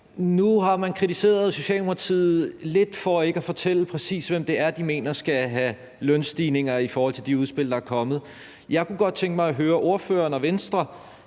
Nu har man kritiseret Socialdemokratiet lidt for ikke at fortælle, præcis hvem det er, de mener skal have lønstigninger i forhold til de udspil, der er kommet. Jeg kunne godt tænke mig at høre ordføreren og Venstre: